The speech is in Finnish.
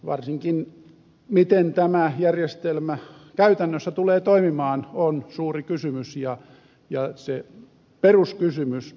varsinkin se miten tämä järjestelmä käytännössä tulee toimimaan on suuri kysymys ja se peruskysymys